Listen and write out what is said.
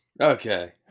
Okay